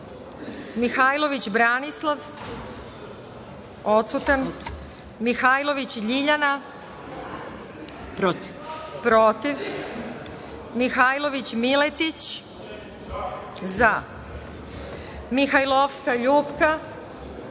zaMihajlović Branislav – odsutanMihajlović LJiljana – protivMihajlović Miletić – zaMihajlovska LJupka –